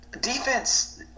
defense